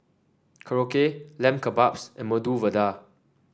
Korokke Lamb Kebabs and Medu Vada